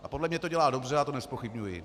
A podle mě to dělá dobře, já to nezpochybňuji.